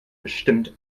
bestimmt